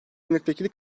milletvekili